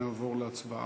בבקשה, נעבור להצבעה.